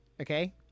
Okay